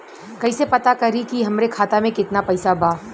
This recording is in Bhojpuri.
कइसे पता करि कि हमरे खाता मे कितना पैसा बा?